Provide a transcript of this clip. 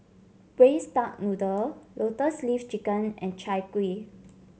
Braised Duck Noodle Lotus Leaf Chicken and Chai Kuih